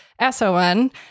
S-O-N